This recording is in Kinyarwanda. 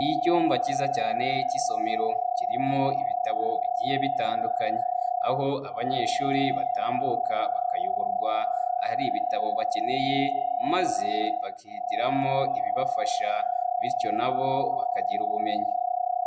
Icyumba cyiza cyane cy'isomero, kirimo ibitabo bigiye bitandukanye, aho abanyeshuri batambuka bakayoborwa ahari ibitabo bakeneye, maze bakihitiramo ibibafasha bityo na bo bakagira ubumenyi.